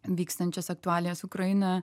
vykstančias aktualijas ukraina